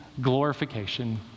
glorification